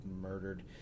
murdered